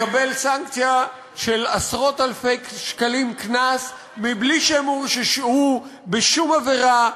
לקבל סנקציה של עשרות אלפי שקלים קנס בלי שהם הורשעו בשום עבירה,